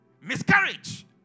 Miscarriage